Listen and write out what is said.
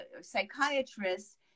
psychiatrists